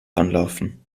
anlaufen